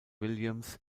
williams